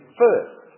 first